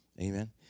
Amen